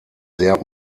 sehr